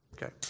Okay